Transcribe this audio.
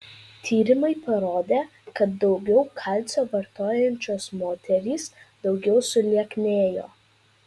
tyrimai parodė kad daugiau kalcio vartojančios moterys daugiau sulieknėjo